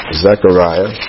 Zechariah